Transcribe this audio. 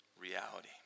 reality